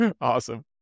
Awesome